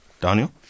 Daniel